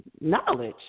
knowledge